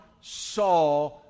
saw